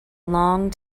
long